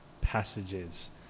passages